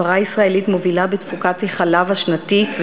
הפרה הישראלית מובילה בתפוקת החלב השנתית,